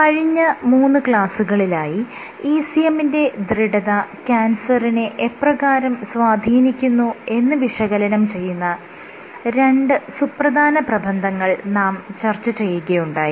കഴിഞ്ഞ മൂന്ന് ക്ലാസ്സുകളിലായി ECM ന്റെ ദൃഢത ക്യാൻസറിനെ എപ്രകാരം സ്വാധീനിക്കുന്നു എന്ന് വിശകലനം ചെയ്യുന്ന രണ്ട് സുപ്രധാന പ്രബന്ധങ്ങൾ നാം ചർച്ച ചെയ്യുകയുണ്ടായി